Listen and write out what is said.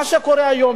מה שקורה היום,